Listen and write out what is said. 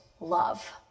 love